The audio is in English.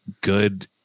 good